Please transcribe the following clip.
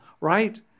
right